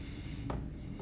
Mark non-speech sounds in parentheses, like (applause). (breath)